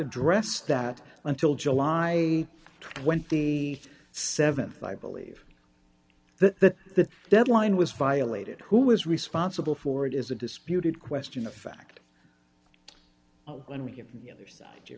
address that until july th i believe that the deadline was violated who was responsible for it is a disputed question a fact when we get the other side you